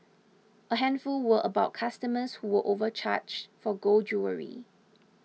a handful were about customers who were overcharged for gold jewellery